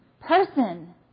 person